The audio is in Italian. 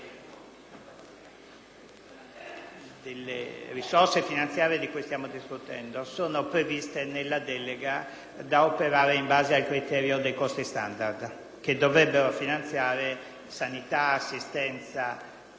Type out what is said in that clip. risorse finanziarie di cui stiamo discutendo è previsto nella delega da operare in base al criterio dei costi standard, che dovrebbero finanziare sanità, assistenza, scuola, trasporto